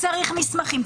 צריך מסמכים,